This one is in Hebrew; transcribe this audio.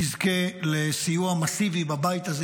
תזכה לסיוע מסיבי בבית הזה.